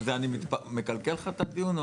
אני מקלקל לך את הדיון?